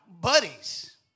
buddies